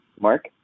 Mark